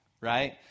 right